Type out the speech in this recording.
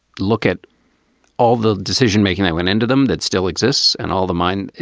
look at all the decision making that went into them that still exists and all the mind,